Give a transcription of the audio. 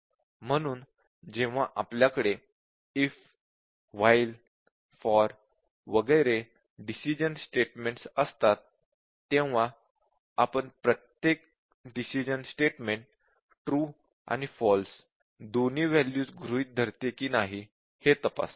म्हणून जेव्हा आपल्याकडे if while for वगैरे डिसिश़न स्टेटमेंट असतात तेव्हा आपण प्रत्येक डिसिश़न स्टेटमेंट ट्रू आणि फॉल्स दोन्ही वॅल्यूज गृहीत धरते की नाही हे तपासतो